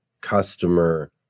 customer